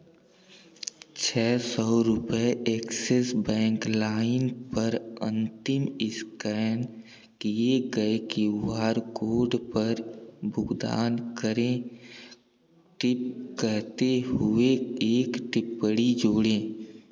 छः सौ रुपये एक्सिस बैंक लाइम पर अंतिम इस्कैन किए गए क्यू आर कोड पर भुगतान करें टिप कहते हुए एक टिप्पणी जोड़ें